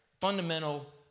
fundamental